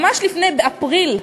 ממש לפני, באפריל,